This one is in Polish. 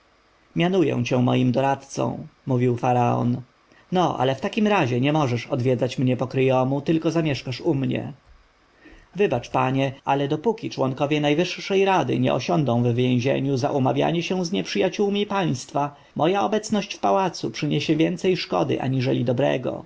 mianuję cię moim doradcą mówił faraon no ale w takim razie nie możesz odwiedzać mnie pokryjomu tylko zamieszkasz u mnie wybacz panie ale dopóki członkowie najwyższej rady nie osiądą w więzieniu za umawianie się z nieprzyjaciółmi państwa moja obecność w pałacu przyniesie więcej szkody aniżeli dobrego